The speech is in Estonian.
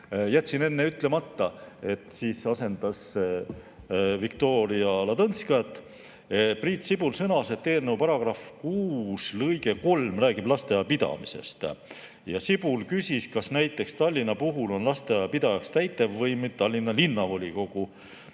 jätsin enne ütlemata, et ta asendas Viktoria Ladõnskajat – sõnas, et eelnõu § 6 lõige 3 räägib lasteaia pidamisest. Sibul küsis, kas näiteks Tallinna puhul on lasteaia pidajaks täitevvõim või Tallinna Linnavolikogu.